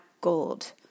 gold